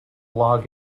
log